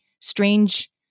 strange